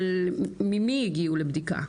ממי הגיעו לבדיקה?